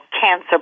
cancer